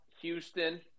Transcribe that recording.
Houston